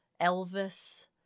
Elvis